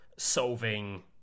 solving